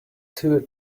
two